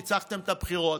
ניצחתם את הבחירות,